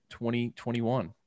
2021